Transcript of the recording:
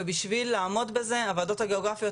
ובשביל לעמוד בזה הוועדות הגיאוגרפיות